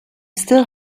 still